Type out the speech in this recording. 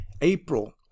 April